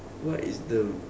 what is the